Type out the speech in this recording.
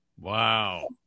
Wow